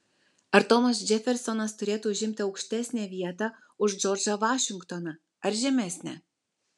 ar tomas džefersonas turėtų užimti aukštesnę vietą už džordžą vašingtoną ar žemesnę